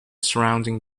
surrounding